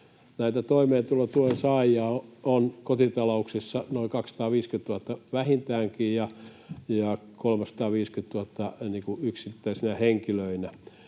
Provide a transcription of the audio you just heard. Näitä toimeentulotuen saajia on kotitalouksina noin 250 000 vähintäänkin ja 350 000 yksittäisinä henkilöinä,